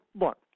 look